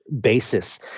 basis